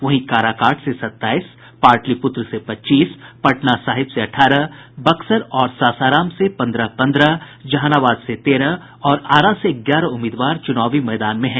वहीं काराकाट से सताईस पाटिलपुत्र से पच्चीस पटना साहिब से अठारह बक्सर और सासाराम से पंद्रह पंद्रह जहानाबाद से तेरह और आरा से ग्यारह उम्मीदवार चुनावी मैदान में हैं